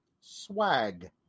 swag